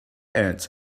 aunt